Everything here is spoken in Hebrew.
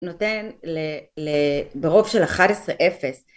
נותן ברוב של 11.0